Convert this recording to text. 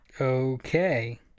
Okay